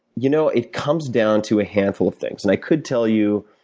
you know it comes down to a handful of things. and i could tell you,